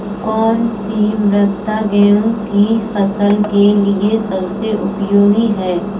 कौन सी मृदा गेहूँ की फसल के लिए सबसे उपयोगी है?